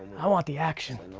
i want the action.